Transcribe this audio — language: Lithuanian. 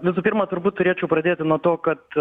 visų pirma turbūt turėčiau pradėti nuo to kad